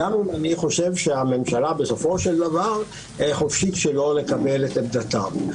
גם אם אני חושב שהממשלה בסופו של דבר חופשית שלא לקבל את עמדתם.